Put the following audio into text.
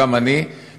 גם אני,